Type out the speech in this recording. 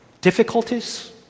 difficulties